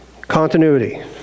Continuity